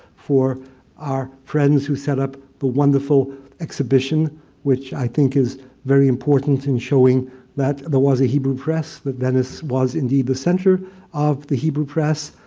for our friends who set up the wonderful exhibition which i think is very important in showing that there was a hebrew press, that venice was indeed the center of the hebrew press.